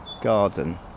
garden